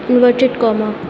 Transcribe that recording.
inverted comma